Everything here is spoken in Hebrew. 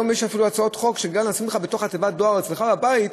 היום יש אפילו הצעות חוק שגם לשים לך בתוך תיבת הדואר אצלך בבית,